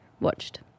watched